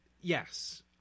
yes